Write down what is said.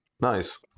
Nice